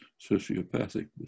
sociopathic